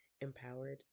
empowered